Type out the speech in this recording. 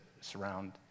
surround